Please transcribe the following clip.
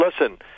listen